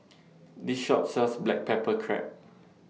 This Shop sells Black Pepper Crab